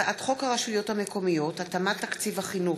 הצעת חוק הרשויות המקומיות (התאמת תקציב החינוך),